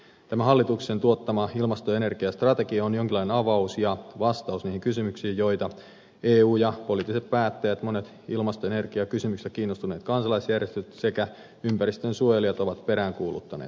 tämä hallituksen tuottama ilmasto ja energiastrategia on jonkinlainen avaus ja vastaus niihin kysymyksiin joita eu ja poliittiset päättäjät monet ilmasto ja energiakysymyksistä kiinnostuneet kansalaisjärjestöt sekä ympäristönsuojelijat ovat peräänkuuluttaneet